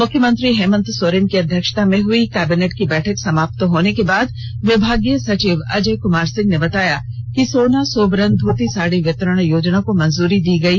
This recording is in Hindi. मुख्यमंत्री हेमंत सोरेन की अध्यक्षता में हुई कैबिनेट की बैठक समाप्त होने के बाद विभागीय सचिव अजय कुमार सिंह ने बताया कि सोना सोबरन धोती साड़ी वितरण योजना को मंजूरी दी गयी